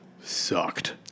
sucked